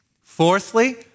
Fourthly